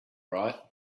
right